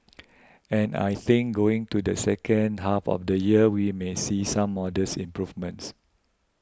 and I think going to the second half of the year we may see some modest improvements